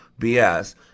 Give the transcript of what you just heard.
BS